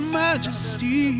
majesty